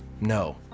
No